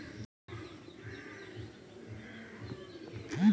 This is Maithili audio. हर तरहक ग्रीनहाउस केर अपन गुण अवगुण होइ छै